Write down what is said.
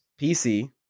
PC